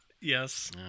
Yes